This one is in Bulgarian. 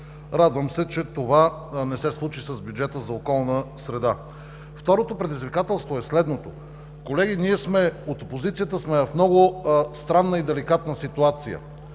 Радвам се, че това не се случи с бюджета за околна среда. Второто предизвикателство е следното: колеги, ние от опозицията сме в много странна и деликатна ситуация.